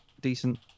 decent